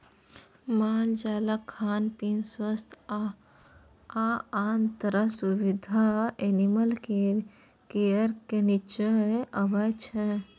मालजालक खान पीन, स्वास्थ्य आ आन तरहक सुबिधा एनिमल केयरक नीच्चाँ अबै छै